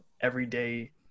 everyday